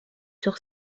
sur